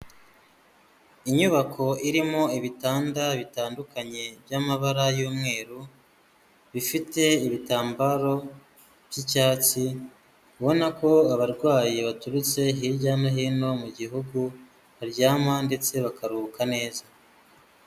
Inyubako irimo ibitanda bitandukanye by'amabara y'umweru, bifite ibitambaro by'icyatsi, ubona ko abarwayi baturutse hirya no hino mu gihugu, baryama ndetse bakaruhuka neza.